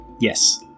Yes